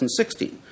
2016